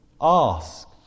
ask